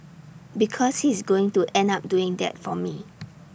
because he's going to end up doing that for me